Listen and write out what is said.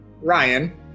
Ryan